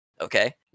Okay